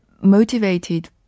motivated